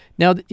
Now